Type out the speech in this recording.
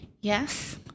Yes